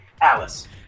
Alice